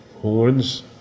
horns